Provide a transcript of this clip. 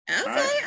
Okay